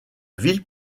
ville